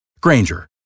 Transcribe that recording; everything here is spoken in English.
Granger